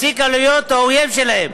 הפסיקה להיות האויב שלהן.